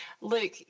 Luke